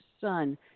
son